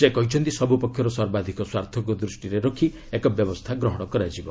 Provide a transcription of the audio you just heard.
ସେ କହିଛନ୍ତି ସବୁପକ୍ଷର ସର୍ବାଧିକ ସ୍ୱାର୍ଥକୁ ଦୃଷ୍ଟିରେ ରଖି ଏକ ବ୍ୟବସ୍ଥା ଗ୍ରହଣ କରାଯିବ